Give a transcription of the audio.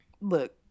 Look